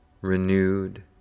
renewed